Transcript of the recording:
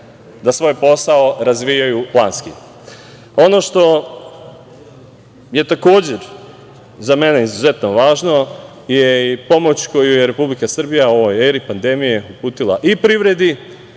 da svoje posao razvijaju planski. Ono što je takođe za mene izuzetno važno je i pomoć koju je Republika Srbija u ovoj eri pandemije uputila i privredi